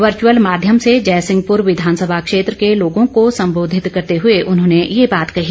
virtual माध्यम से जयसिंहपूर विधानसभा क्षेत्र के लोगों को सम्बोधित करते हुए उन्होंने ये बात कही